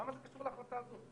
למה זה קשור להחלטה הזאת?